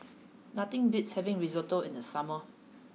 nothing beats having Risotto in the summer